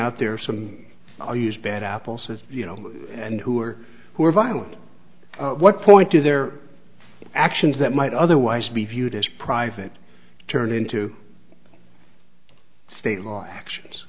out there some are used bad apples as you know and who are who are violent what point do their actions that might otherwise be viewed as private turn into state law actions